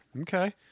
okay